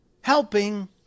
helping